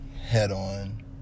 head-on